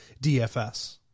DFS